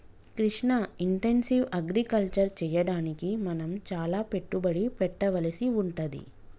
Krishna intensive agriculture చెయ్యడానికి మనం చాల పెట్టుబడి పెట్టవలసి వుంటది